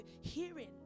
hearing